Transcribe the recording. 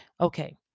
Okay